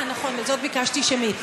אה, נכון, על זאת ביקשתי שמית.